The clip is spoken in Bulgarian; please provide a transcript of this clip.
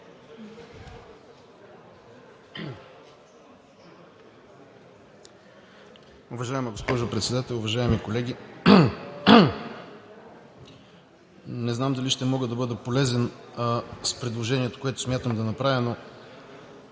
Уважаема госпожо Председател, уважаеми колеги! Не знам дали ще мога да бъда полезен с предложението, което смятам да направя, но